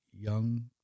young